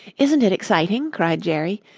isn't it exciting, cried jerry.